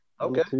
Okay